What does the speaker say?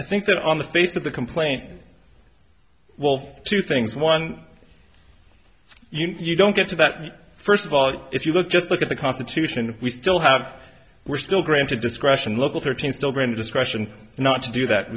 i think that on the face of the complaint will two things one you don't get to that first of all if you look just look at the constitution we still have we're still granted discretion local thirteen still granted discretion not to do that